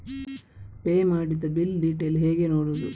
Pay ಮಾಡಿದ bill detail ಹೇಗೆ ನೋಡುವುದು?